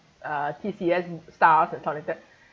uh T_C_S stuff and sort like that